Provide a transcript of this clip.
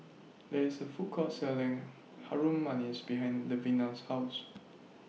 There IS A Food Court Selling Harum Manis behind Levina's House